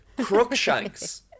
Crookshanks